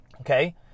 Okay